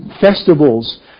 festivals